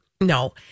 No